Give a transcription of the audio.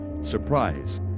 Surprise